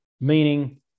Meaning